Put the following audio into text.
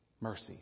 mercy